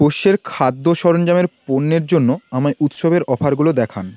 পোষ্যের খাদ্য সরঞ্জামের পণ্যের জন্য আমায় উৎসবের অফারগুলো দেখান